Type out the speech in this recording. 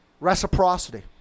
reciprocity